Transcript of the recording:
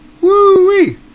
Woo-wee